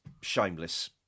shameless